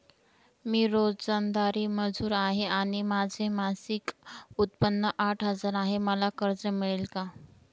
मी रोजंदारी मजूर आहे आणि माझे मासिक उत्त्पन्न आठ हजार आहे, मला कर्ज मिळेल का?